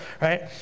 right